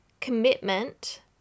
commitment